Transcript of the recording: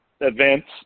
events